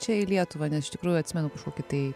čia į lietuvą nes iš tikrųjų atsimenu kažkokį tai